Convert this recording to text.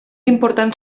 important